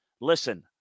listen